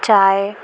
چائے